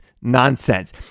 nonsense